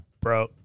Bro